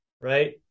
Right